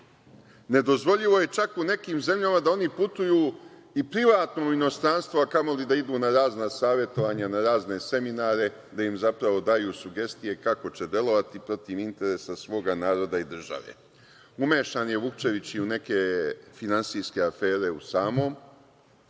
Nedozvoljivo je čak u nekim zemljama da oni putuju i privatno u inostranstvo, a kamoli da idu na razna savetovanja, seminare, da im zapravo daju sugestije kako će delovati protiv interesa svoga naroda i države. Umešan je Vukčević i u neke finansijske afere u samom